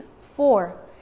four